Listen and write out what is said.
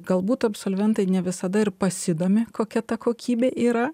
galbūt absolventai ne visada ir pasidomi kokia ta kokybė yra